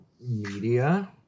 media